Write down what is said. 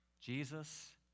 Jesus